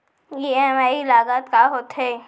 EMI लागत का होथे?